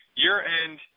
year-end